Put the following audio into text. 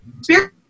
spirit